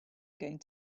going